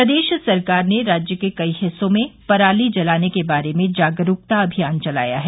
प्रदेश सरकार ने राज्य के कई हिस्सों में पराली जलाने के बारे में जागरूकता अभियान चलाया है